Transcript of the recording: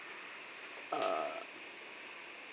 uh